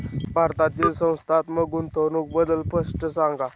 भारतातील संस्थात्मक गुंतवणूक बद्दल स्पष्ट सांगा